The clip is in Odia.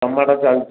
ଟମାଟୋ ଚାଲିଛି